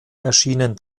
erschienen